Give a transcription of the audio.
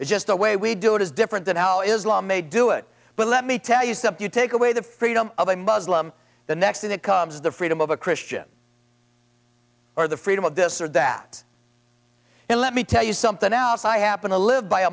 it's just the way we do it is different than how islam may do it but let me tell you something you take away the freedom of a muslim the next thing that comes is the freedom of a christian or the freedom of this or that and let me tell you something else i happen to live by a